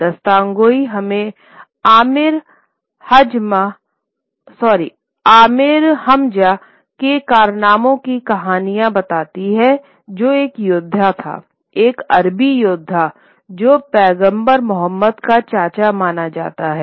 दास्तानगोई हमें Amir Hamza के कारनामों की कहानियां बताती है जो एक योद्धा था एक अरबी योद्धा जो पैगंबर मोहम्मद का चाचा माना जाता है